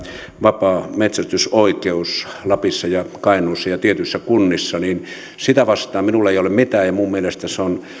vapaa metsästysoikeus lapissa ja kainuussa ja tietyissä kunnissa sitä vastaan minulla ei ole mitään ja minun mielestäni se on